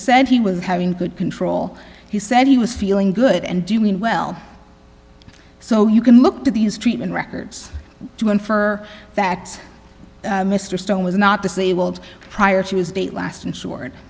said he was having good control he said he was feeling good and doing well so you can look to these treatment records to infer that mr stone was not disabled prior to his date last insured